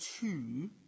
two